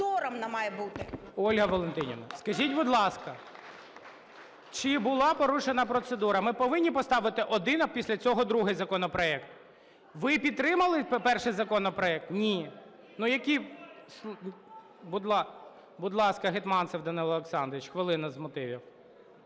Ольга Валентинівна, скажіть, будь ласка, чи була порушена процедура? Ми повинні поставити один, а після цього другий законопроект? Ви підтримали перший законопроект? Ні. Будь ласка, Гетманцев Данило Олександрович, хвилина з мотивів.